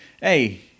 hey